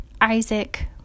isaac